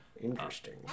Interesting